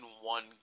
one